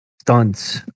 stunts